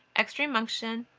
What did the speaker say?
extreme unction,